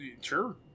Sure